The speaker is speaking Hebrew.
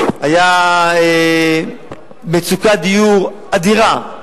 היתה מצוקת דיור אדירה,